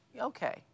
Okay